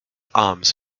arms